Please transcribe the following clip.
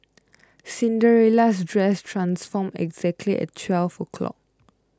Cinderella's dress transformed exactly at twelve o'clock